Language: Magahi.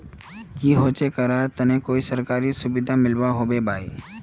की होचे करार तने कोई सरकारी सुविधा मिलबे बाई?